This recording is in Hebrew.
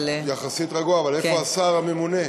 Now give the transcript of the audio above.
יחסית רגוע, אבל איפה השר הממונה?